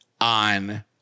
on